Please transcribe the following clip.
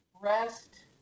rest